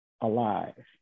alive